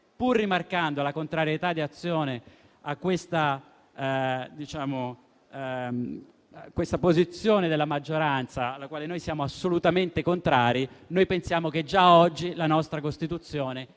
pur rimarcando la contrarietà di Azione a questa posizione della maggioranza, alla quale noi siamo assolutamente contrari, pensiamo che già oggi la nostra Costituzione